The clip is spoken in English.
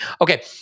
Okay